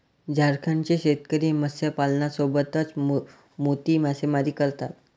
झारखंडचे शेतकरी मत्स्यपालनासोबतच मोती मासेमारी करतात